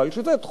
זה תחום,